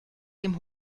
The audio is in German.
dem